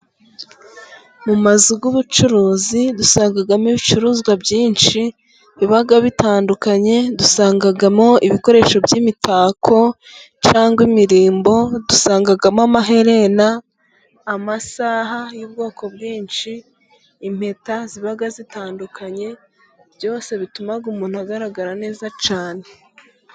Mu mazu y'ubucuruzi dusangamo ibicuruzwa byinshi biba bitandukanye, dusangamo ibikoresho by'imitako cyangwa imirimbo, dusangamo amaherena, amasaha y'ubwoko bwinshi, impeta ziba zitandukanye, byose bituma umuntu agaragara neza cyane.